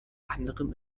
anderem